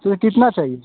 फिर कितना चाहिए